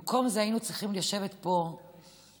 במקום זה היינו צריכים לשבת פה ולראות